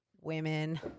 women